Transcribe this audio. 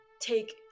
take